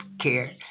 care